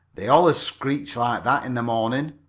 they allers screech like that in the morning.